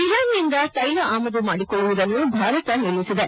ಇರಾನ್ನಿಂದ ತೈಲ ಆಮದು ಮಾಡಿಕೊಳ್ಳುವುದನ್ನು ಭಾರತ ನಿಲ್ಲಿಸಿದೆ